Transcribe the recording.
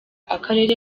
akarere